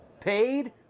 paid